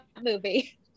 movie